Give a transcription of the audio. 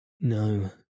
No